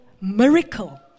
miracle